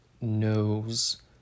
knows